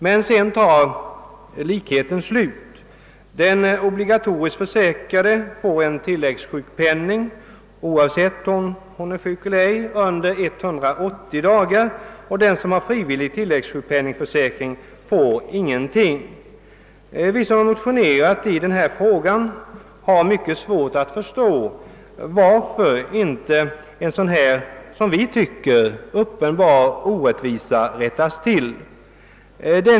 Men därmed tar likheten slut. Den obligatoriskt försäkrade får tilläggssjukpenning under 180 dagar, oavsett om hon är sjuk eller inte. Den som har frivillig tilläggssjukpenning får ingenting. Vi som har motionerat i denna fråga har mycket svårt att förstå varför inte en sådan här — som vi ser det — uppenbar orättvisa rättas till.